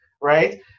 right